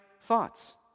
thoughts